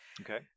Okay